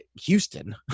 Houston